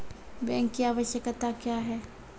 Bank की आवश्यकता क्या हैं?